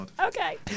Okay